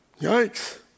Yikes